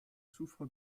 souffre